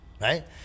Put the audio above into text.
Right